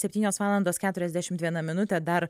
septynios valandos keturiasdešimt viena minutė dar